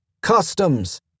Customs